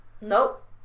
Nope